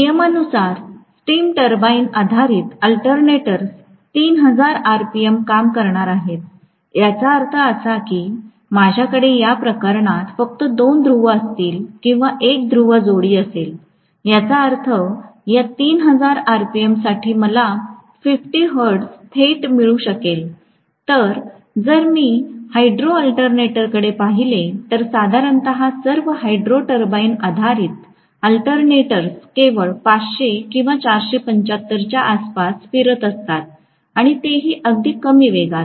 नियमानुसार steam turbine आधारित alternators 3000 rpm काम करणार आहेत याचा अर्थ असा की माझ्याकडे या प्रकरणात फक्त दोन ध्रुव असतील किंवा एक ध्रुव जोडी असेल याचा अर्थ या 3000 rpm साठी मला 50 हर्ट्ज थेट मिळू शकेल तर जर मी हायड्रो अल्टरनेटरकडे पाहिले तर साधारणत सर्व हायड्रो टर्बाइन आधारित अल्टरनेटर्स केवळ 500 किंवा 475 च्या आसपास फिरत असतात आणि ते हि अगदी कमी वेगात